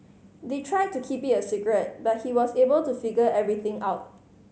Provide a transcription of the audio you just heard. they tried to keep it secret but he was able to figure everything out